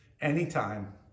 anytime